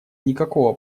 никакого